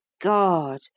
God